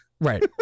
Right